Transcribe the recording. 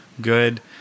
good